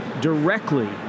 directly